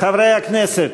חברי הכנסת,